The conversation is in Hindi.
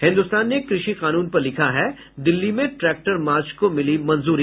हिन्दुस्तान ने कृषि काूनन पर लिखा है दिल्ली में ट्रैक्टर मार्च को मिली मंजूरी